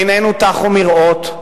עינינו טחו מראות,